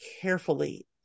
carefully